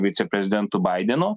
viceprezidentu baidenu